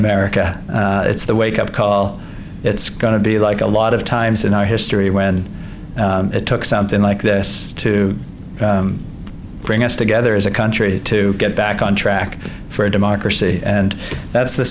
america it's the wake up call it's going to be like a lot of times in our history when it took something like this to bring us together as a country to get back on track for a democracy and that's the